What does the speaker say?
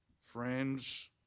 friends